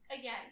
again